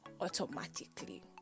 automatically